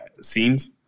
scenes